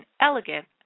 elegant